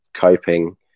coping